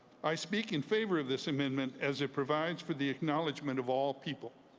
i speak in favor of this amendment as it provides for the acknowledgments of all people.